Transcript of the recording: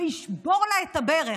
וישבור לה את הברך,